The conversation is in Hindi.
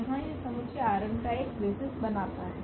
यहाँ यह समुच्चय का एक बेसिस बनता है